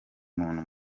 umuntu